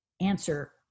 answer